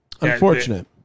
unfortunate